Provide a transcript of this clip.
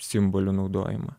simbolių naudojimą